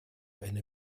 eine